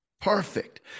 perfect